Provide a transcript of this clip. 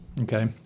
okay